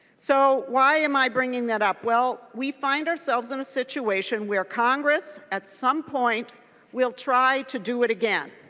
so why am i bringing that up? well we find ourselves in a situation where congress at some point will try to do it again.